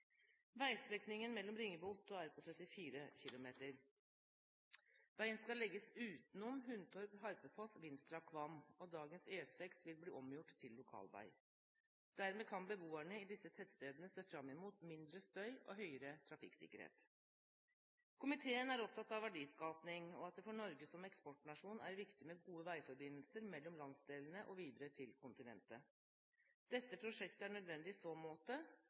Veistrekningen mellom Ringebu og Otta er på 34 km. Veien skal legges utenom Hundorp, Harpefoss, Vinstra og Kvam, og dagens E6 vil bli omgjort til lokalvei. Dermed kan beboerne i disse tettstedene se fram mot mindre støy og høyere trafikksikkerhet. Komiteen er opptatt av verdiskaping, og at det for Norge som eksportnasjon er viktig med gode veiforbindelser mellom landsdelene og videre til kontinentet. Dette prosjektet er nødvendig i så måte.